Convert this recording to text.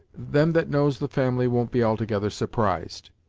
them that knows the family won't be altogether surprised.